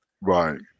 Right